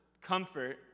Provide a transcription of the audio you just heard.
comfort